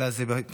אלא זה תמיד,